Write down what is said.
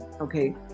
Okay